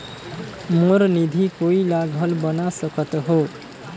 मोर निधि कोई ला घल बना सकत हो?